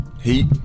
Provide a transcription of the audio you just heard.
Heat